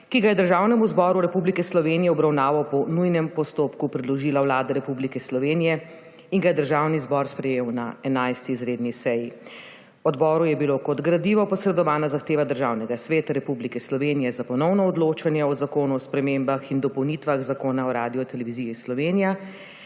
ki ga je Državnemu zboru Republike Slovenije v obravnavo po nujnem postopku predložila Vlada Republike Slovenije in ga je Državni zbor sprejel na 11. izredni seji. Odboru je bila kot gradivo posredovana zahteva Državnega sveta Republike Slovenije za ponovno odločanje o Zakonu o spremembah in dopolnitvah Zakona o Radioteleviziji Slovenija,